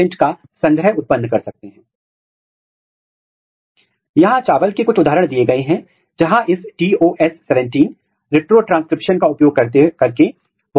आप एक कंस्ट्रक्ट का निर्माण कर सकते हैं जहां पर एक रिपोर्टर जीन को रख सकते हैं जोकि प्रमोटर रहित रिपोर्टर जीन है और TDNA मैं एक कंस्ट्रक्ट का निर्माण कर सकते हैं और इस TDNA का उपयोग एक ट्रांसजेनिक पौधे को विकसित करने के लिए कर सकते हैं